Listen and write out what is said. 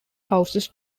houses